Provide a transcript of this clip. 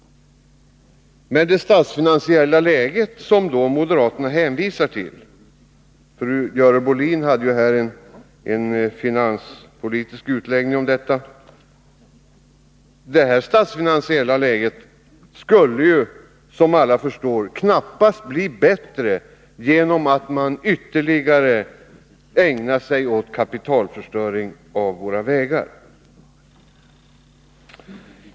Det statsfinansiella läget, som moderaterna hänvisar till — fru Görel Bohlin gjorde här en finanspolitisk utläggning om detta — skulle, som alla förstår, knappast bli bättre genom ytterligare kapitalförstöring när det gäller våra vägar.